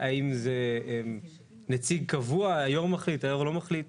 האם זה נציג קבוע, היו"ר מחליט, היו"ר לא מחליט?